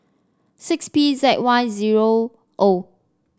six P Z Y zero O